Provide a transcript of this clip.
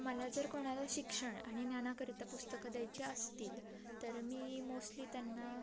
मला जर कोणाला शिक्षण आणि ज्ञानाकरिता पुस्तकं द्यायची असतील तर मी मोस्टली त्यांना